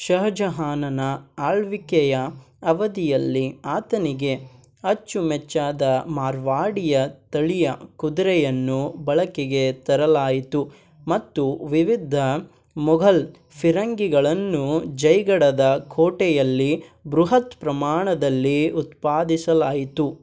ಷಹಜಹಾನನ ಆಳ್ವಿಕೆಯ ಅವಧಿಯಲ್ಲಿ ಆತನಿಗೆ ಅಚ್ಚುಮೆಚ್ಚಾದ ಮಾರ್ವಾಡಿಯ ತಳಿಯ ಕುದುರೆಯನ್ನು ಬಳಕೆಗೆ ತರಲಾಯಿತು ಮತ್ತು ವಿವಿಧ ಮೊಘಲ್ ಫಿರಂಗಿಗಳನ್ನು ಜೈಗಢದ ಕೋಟೆಯಲ್ಲಿ ಬೃಹತ್ ಪ್ರಮಾಣದಲ್ಲಿ ಉತ್ಪಾದಿಸಲಾಯಿತು